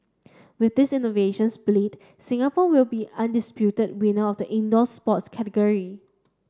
with this innovative split Singapore will be the undisputed winner of the indoor sports category